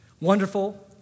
Wonderful